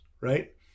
right